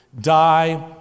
die